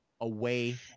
away